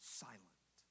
silent